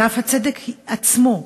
ואף הצדק עצמו,